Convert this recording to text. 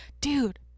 dude